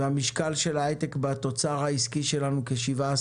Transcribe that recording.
המשקל של ההייטק בתוצר העסקי שלנו הוא כ-17%,